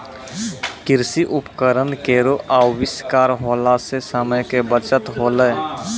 कृषि उपकरण केरो आविष्कार होला सें समय के बचत होलै